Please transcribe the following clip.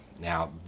Now